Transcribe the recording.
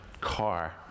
car